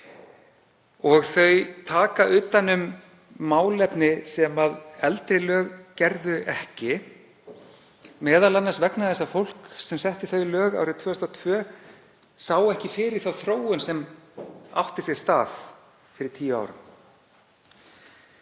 Þau taka utan um málefni sem eldri lög gerðu ekki, m.a. vegna þess að fólkið sem setti þau lög árið 2002 sá ekki fyrir þá þróun sem átti sér stað fyrir tíu árum.